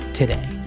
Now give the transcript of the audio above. Today